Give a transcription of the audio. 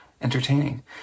entertaining